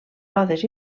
rodes